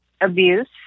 abuse